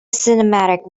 cinematic